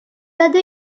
other